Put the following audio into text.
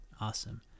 awesome